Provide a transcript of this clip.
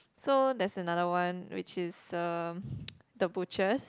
so there's another one which is uh the butchers